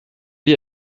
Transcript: lie